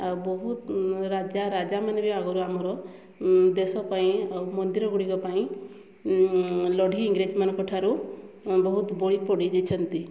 ଆଉ ବହୁତ ରାଜା ରାଜାମାନେ ବି ଆଗରୁ ଆମର ଦେଶ ପାଇଁ ଆଉ ମନ୍ଦିର ଗୁଡ଼ିକ ପାଇଁ ଲଢ଼ି ଇଂରେଜ ମାନଙ୍କ ଠାରୁ ବହୁତ ବଳି ପଡ଼ି ଯାଇଛନ୍ତି